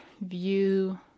view